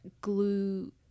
glue